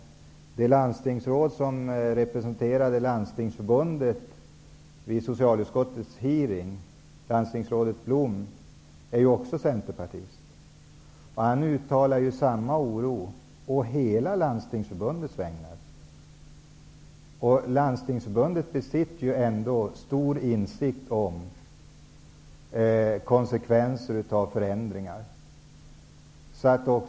Det landstingsråd som representerade Landstingsförbundet vid socialutskottets hearing, landstingsrådet Blom, är också centerpartist. Han uttalade oro å hela Landstingsförbundets vägnar. Landstingsförbundet besitter ändå stor insikt om konsekvenser av förändringar.